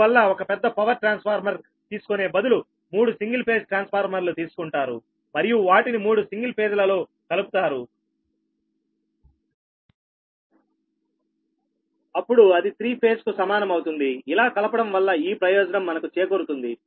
అందువల్ల ఒక పెద్ద పవర్ ట్రాన్స్ఫార్మర్ తీసుకునే బదులు మూడు సింగిల్ ఫేజ్ ట్రాన్స్ఫార్మర్లు తీసుకుంటారు మరియు వాటిని మూడు సింగిల్ ఫేజ్ ల లో కలుపుతారు అప్పుడు అది త్రీ ఫేజ్ కు సమానం అవుతుందిఇలా కలపడం వల్ల ఈ ప్రయోజనం మనకు చేకూరుతుంది